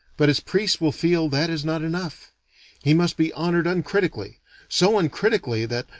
but his priests will feel that is not enough he must be honored uncritically so uncritically that,